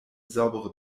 saubere